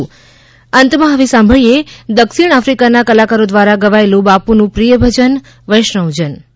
વૈષ્ણવજન અંતમાં હવે સાંભળીએ દક્ષિણ આફ્રિકાના કલાકારો દ્વારા ગવાયેલું બાપુનું પ્રિયભજન વૈષ્ણવજન